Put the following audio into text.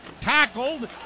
tackled